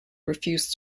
refused